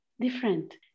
different